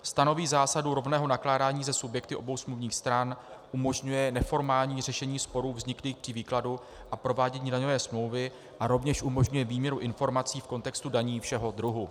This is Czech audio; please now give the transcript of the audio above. Stanoví zásadu rovného nakládání se subjekty obou smluvních stran, umožňuje neformální řešení sporů vzniklých při výkladu a provádění daňové smlouvy a rovněž umožňuje výměnu informací v kontextu daní všeho druhu.